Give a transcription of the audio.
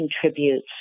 contributes